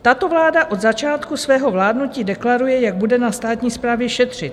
Tato vláda od začátku svého vládnutí deklaruje, jak bude na státní správě šetřit.